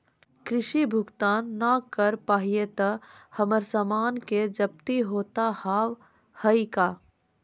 ऋण भुगतान ना करऽ पहिए तह हमर समान के जब्ती होता हाव हई का?